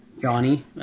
Johnny –